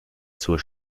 zur